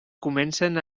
comencen